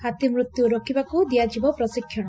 ହାତୀମୃତ୍ୟୁ ରୋକିବାକୁ ଦିଆଯିବ ପ୍ରଶିକ୍ଷଣ